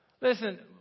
listen